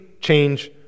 change